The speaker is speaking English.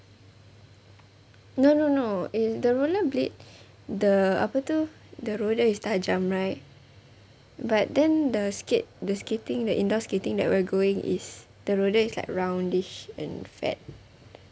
no no no it's the roller blade the apa tu the roda is tajam right but then the skate the skating the indoor skating that we're going is the roda is like roundish and fat